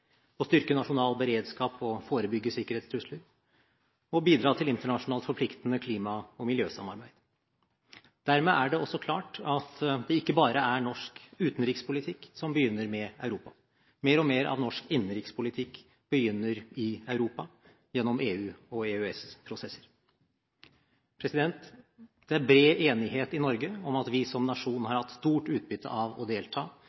å styrke nasjonal beredskap og forebygge sikkerhetstrusler og å bidra til internasjonalt forpliktende klima- og miljøsamarbeid. Dermed er det også klart at det ikke bare er norsk utenrikspolitikk som begynner med Europa – mer og mer av norsk innenrikspolitikk begynner i Europa gjennom EU- og EØS-prosesser. Det er bred enighet i Norge at vi som nasjon har hatt stort utbytte av å delta